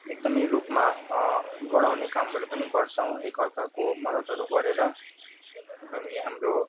एकदमै रूपमा बढाउने कामहरू पनि गर्छौँ एक अर्काको मददहरू गरेर अनि हाम्रो